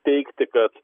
teigti kad